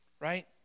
Right